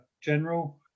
general